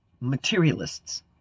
Materialists